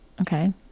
Okay